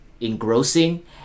engrossing